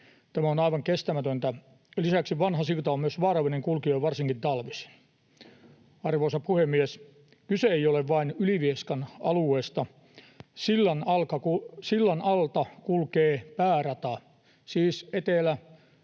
Tämä on aivan kestämätöntä. Lisäksi vanha silta on myös vaarallinen kulkea varsinkin talvisin. Arvoisa puhemies! Kyse ei ole vain Ylivieskan alueesta. Sillan alta kulkee päärata, siis